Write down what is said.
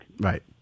Right